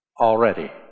already